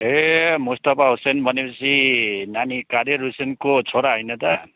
ए मुस्तफा हुसैन भनेपछि नानी कादिर हुसैनको छोरा होइन त